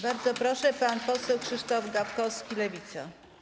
Bardzo proszę, pan poseł Krzysztof Gawkowski, Lewica.